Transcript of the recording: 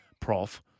Prof